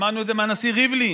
שמענו את זה מהנשיא ריבלין,